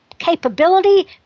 Capability